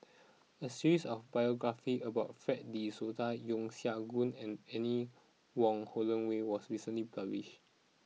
a series of biographies about Fred De Souza Yeo Siak Goon and Anne Wong Holloway was recently published